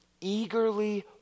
Eagerly